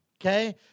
okay